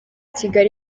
kigali